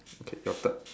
okay your turn